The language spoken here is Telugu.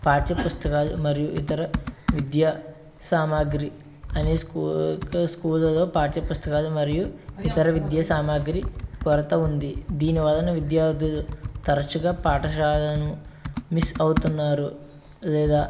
పాఠ్య పుస్తకాలు మరియు ఇతర విద్యా సామాగ్రి అనే స్కూ స్కూళ్ళల్లో పాఠ్యపుస్తకాలు మరియు ఇతర విద్యా సామాగ్రి కొరత ఉంది దీని వలన విద్యార్థులు తరచుగా పాఠశాలలను మిస్ అవుతున్నారు లేదా